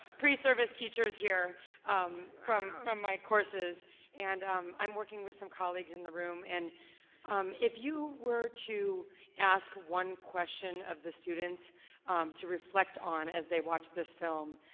pre-service teachers here um from from my courses and i'm working with some colleagues in the room. and if you were to ask one question of the students to reflect on as they watch this film,